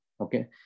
Okay